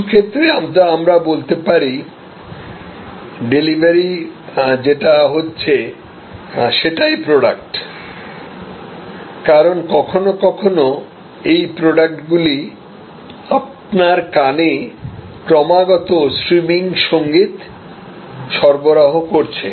কিছু ক্ষেত্রে আমরা বলতে পারি ডেলিভারি যে হচ্ছে সেটাই প্রোডাক্ট কারণ কখনও কখনও এই প্রোডাক্ট গুলি আপনার কানে ক্রমাগত স্ট্রিমিং সংগীত সরবরাহ করছে